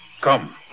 Come